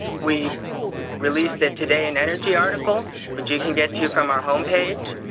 we released a today in energy article which you can get to from our homepage,